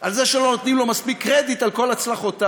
על זה שלא נותנים לו מספיק קרדיט על כל הצלחותיו.